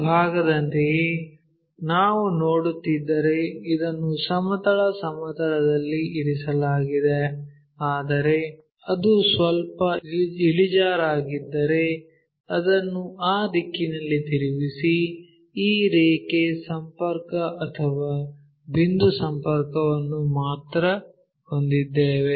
ಈ ಭಾಗದಂತೆಯೇ ನಾವು ನೋಡುತ್ತಿದ್ದರೆ ಇದನ್ನು ಸಮತಲ ಸಮತಲದಲ್ಲಿ ಇರಿಸಲಾಗಿದೆ ಆದರೆ ಅದು ಸ್ವಲ್ಪ ಇಳಿಜಾರಾಗಿದ್ದರೆ ಅದನ್ನು ಆ ದಿಕ್ಕಿನಲ್ಲಿ ತಿರುಗಿಸಿ ಈ ರೇಖೆ ಸಂಪರ್ಕ ಅಥವಾ ಬಿಂದು ಸಂಪರ್ಕವನ್ನು ಮಾತ್ರ ಹೊಂದಿದ್ದೇವೆ